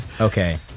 okay